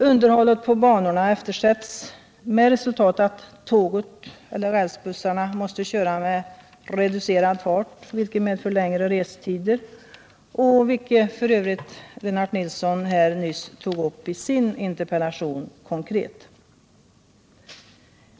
Underhållet på banorna eftersätts med resultat att tågen eller rälsbussarna måste köra med lägre fart, vilket medför längre restider. Detta tog f. ö. Lennart Nilsson upp konkret i sin interpellation.